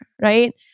right